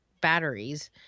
batteries